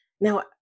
Now